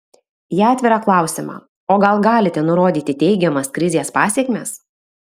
į atvirą klausimą o gal galite nurodyti teigiamas krizės pasekmes